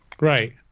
Right